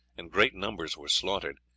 and great numbers were slaughtered.